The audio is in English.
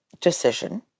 decision